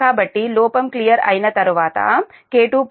కాబట్టి లోపం క్లియర్ అయిన తర్వాత K2 0